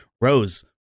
rose